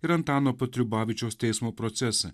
ir antano patriubavičiaus teismo procesą